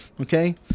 Okay